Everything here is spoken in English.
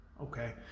okay